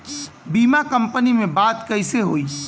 बीमा कंपनी में बात कइसे होई?